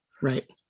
right